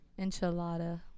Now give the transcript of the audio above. Enchilada